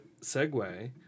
segue